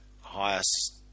highest